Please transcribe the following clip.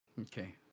Okay